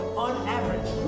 on average.